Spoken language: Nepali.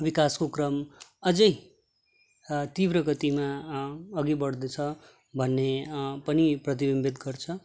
विकासको क्रम अझ तीव्र गतिमा अघि बढ्दछ भन्ने पनि प्रतिविम्बित गर्छ